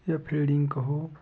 या फिल्डिंग कहो